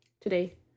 today